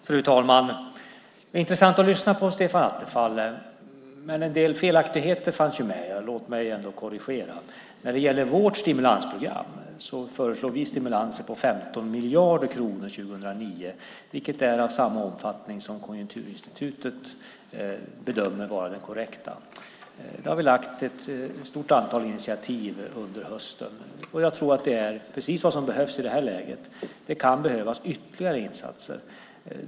Fru talman! Det är intressant att lyssna på Stefan Attefall. Men en del felaktigheter fanns med, och låt mig korrigera dem. När det gäller vårt stimulansprogram föreslår vi stimulanser på 15 miljarder kronor för 2009, vilket är av samma omfattning som Konjunkturinstitutet bedömer vara den korrekta. Vi har lagt fram ett stort antal initiativ under hösten, och jag tror att det är precis vad som behövs i det här läget. Det kan behövas ytterligare insatser.